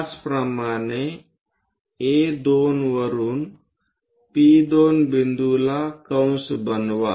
त्याचप्रमाणे A2 वरुन P2 बिंदूला कंस बनवा